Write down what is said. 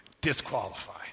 disqualify